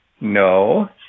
No